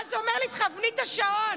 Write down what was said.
ואז אומר לי: תכווני את השעון.